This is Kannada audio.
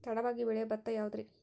ತಡವಾಗಿ ಬೆಳಿಯೊ ಭತ್ತ ಯಾವುದ್ರೇ?